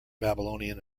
babylonian